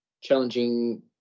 Challenging